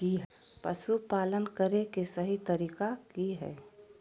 पशुपालन करें के सही तरीका की हय?